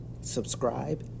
Subscribe